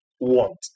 want